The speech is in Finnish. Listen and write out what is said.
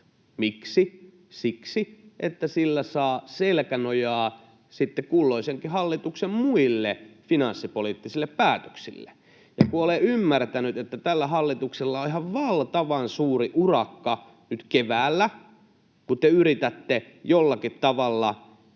Miksi? Siksi, että sillä saa selkänojaa sitten kulloisenkin hallituksen muille finanssipoliittisille päätöksille. Ja kun olen ymmärtänyt, että tällä hallituksella on ihan valtavan suuri urakka nyt keväällä, kun te yritätte jollakin tavalla